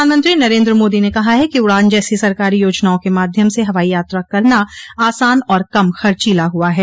प्रधानमंत्री नरेन्द्र मोदी ने कहा है कि उड़ान जैसी सरकारी योजनाओं के माध्यम से हवाई यात्रा करना आसान और कम खर्चीला हुआ है